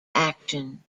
action